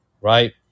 right